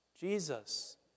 Jesus